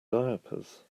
diapers